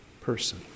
person